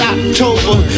October